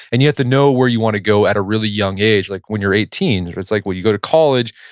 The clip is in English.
and you have to know where you want to go at a really young age, like when you're eighteen it's like, when you go to college,